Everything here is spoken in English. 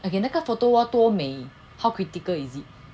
okay 那个 photo wall 多美 how critical is it